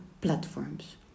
platforms